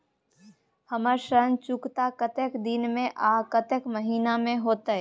हमर ऋण चुकता कतेक दिन में आ कतेक महीना में होतै?